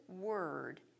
word